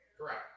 Correct